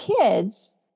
kids